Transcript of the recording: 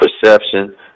perception